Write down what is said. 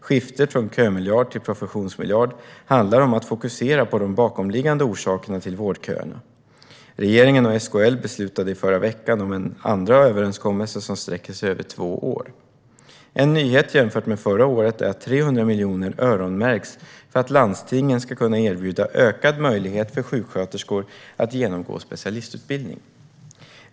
Skiftet från kömiljard till professionsmiljard handlar om att fokusera på de bakomliggande orsakerna till vårdköerna. Regeringen och SKL beslutade i förra veckan om en andra överenskommelse som sträcker sig över två år. En nyhet jämfört med förra året är att 300 miljoner öronmärks för att landstingen ska kunna erbjuda ökad möjlighet för sjuksköterskor att genomgå specialistutbildning.